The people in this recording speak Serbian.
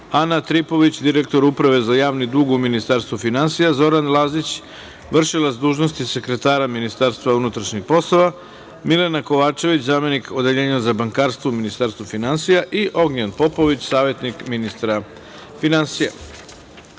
Ana Tripović, direktor Uprave za javni dug u Ministarstvu finansija, Zoran Lazić, v.d. sekretara Ministarstva unutrašnjih poslova, Milena Kovačević, zamenik Odeljenja za bankarstvo u Ministarstvu finansija i Ognjen Popović, savetnik ministra finansija. Saglasno